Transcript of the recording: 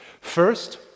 First